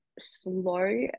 slow